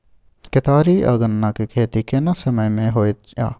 केतारी आ गन्ना के खेती केना समय में होयत या?